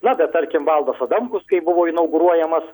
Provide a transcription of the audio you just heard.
na tarkim valdas adamkus kai buvo inauguruojamas